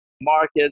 markets